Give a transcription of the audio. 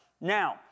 Now